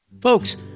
Folks